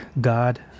God